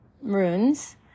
runes